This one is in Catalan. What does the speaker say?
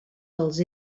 els